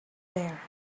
there